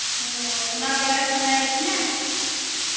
ᱦᱮᱸ ᱚᱱᱟ ᱵᱟᱲᱟᱭ ᱥᱟᱱᱟᱭᱮᱫ ᱢᱮᱭᱟ